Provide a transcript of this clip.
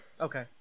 okay